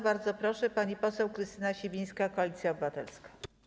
Bardzo proszę, pani poseł Krystyna Sibińska, Koalicja Obywatelska.